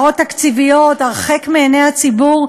העברות תקציביות הרחק מעיני הציבור.